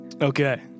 Okay